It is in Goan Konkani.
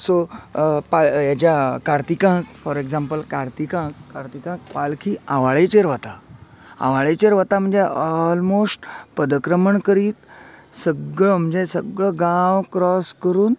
सो हेज्या कार्तिकांत फॉर ऍग्जांपल कार्तिकांत कारर्तीकांत पालखी आवाळ्याचेर वता आवाळ्याचेर वता म्हणजे ऑलमोस्ट पदक्रमण करीत सगळो म्हणजे सगळो गांव क्रोस करून